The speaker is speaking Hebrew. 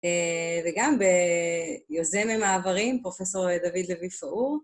וגם ביוזם המעברים, פרופסור דוד לוי פאור.